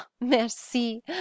Merci